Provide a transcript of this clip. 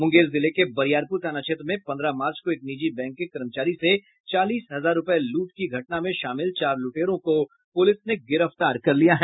मुंगेर जिले के बरियारपुर थाना क्षेत्र में पंद्रह मार्च को एक निजी बैंक के कर्मचारी से चालीस हजार रूपये लूट की घटना में शामिल चार लुटेरों को पुलिस ने गिरफ्तार कर लिया है